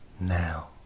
now